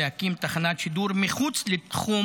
להקים תחנת שידור מחוץ לתחום"